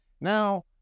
Now